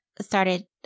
started